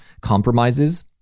compromises